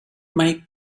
made